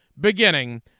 beginning